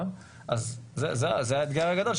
אז זה האתגר הגדול,